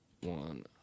one